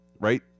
Right